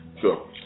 Sure